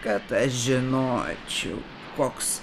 kad aš žinočiau koks